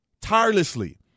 tirelessly